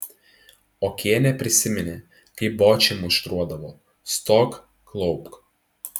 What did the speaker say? okienė prisiminė kaip bočį muštruodavo stok klaupk